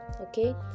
okay